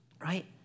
right